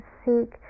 seek